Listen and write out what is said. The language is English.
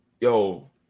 yo